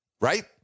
right